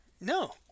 no